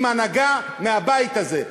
עם הנהגה מהבית הזה.